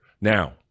now